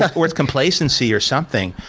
like or it's complacency, or something.